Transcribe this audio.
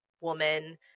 woman